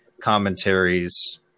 commentaries